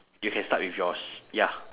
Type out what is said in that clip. you can start with yours ya